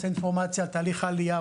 רוצה אינפורמציה על תהליך העלייה,